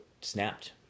snapped